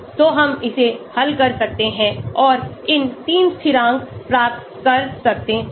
तो हम इसे हल कर सकते हैं और इन 3 स्थिरांक प्राप्त कर सकते हैं